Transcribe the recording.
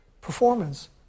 performance